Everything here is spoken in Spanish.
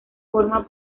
forma